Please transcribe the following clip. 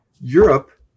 Europe